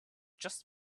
just